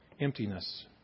Emptiness